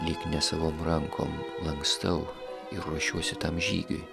lyg nesavom rankom lankstau ir ruošiuosi tam žygiui